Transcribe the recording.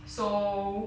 so